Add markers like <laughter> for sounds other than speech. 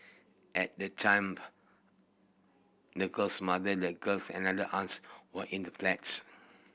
at that time <unintelligible> the girl's mother the girls and another aunt were in the flat